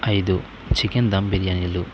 ఐదు చికెన్ దమ్ బిర్యానీలు